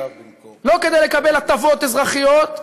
לא כדי לקבל הטבות אזרחיות,